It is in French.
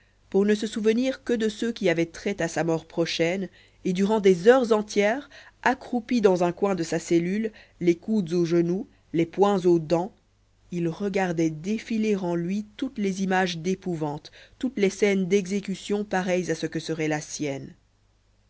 pour ne se souvenir que de ceux qui avaient trait à sa mort prochaine et durant des heures entières accroupi dans un coin de sa cellule les coudes aux genoux les poings aux dents il regardait défiler en lui toutes les images d'épouvante toutes les scènes d'exécution pareilles à ce que serait la sienne